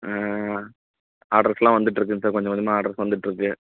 ஆ ஆடர்ஸ்லாம் வந்துட்டுருக்குங்க சார் கொஞ்ச கொஞ்சமாக ஆடர்ஸ் வந்துட்டுருக்கு